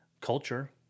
culture